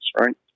right